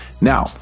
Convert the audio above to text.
Now